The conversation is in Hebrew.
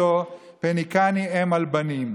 כי ירא אנכי אתו פן יבוא והכני אם על בנים".